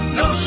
no